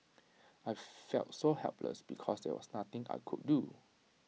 I felt so helpless because there was nothing I could do